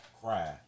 cry